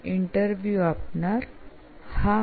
interview આપનાર હા